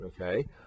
okay